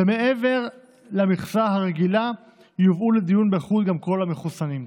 ומעבר למכסה הרגילה יובאו לדיון בנוכחות גם כל מחוסנים.